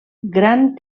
gran